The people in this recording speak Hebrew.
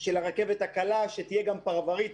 של הרכבת הקלה שתהיה גם פרברית.